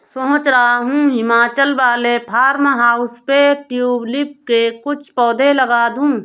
सोच रहा हूं हिमाचल वाले फार्म हाउस पे ट्यूलिप के कुछ पौधे लगा दूं